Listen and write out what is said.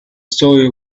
story